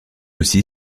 aussi